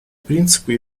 принципы